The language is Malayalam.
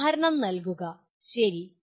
ഒരു ഉദാഹരണം നൽകുക ശരി